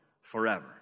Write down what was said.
forever